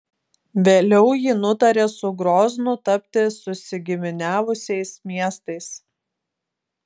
vėliau ji nutarė su groznu tapti susigiminiavusiais miestais